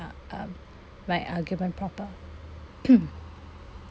a~ um my argument proper